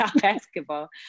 basketball